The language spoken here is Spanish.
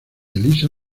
elisa